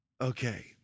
okay